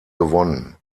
gewonnen